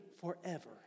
forever